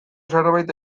zerbait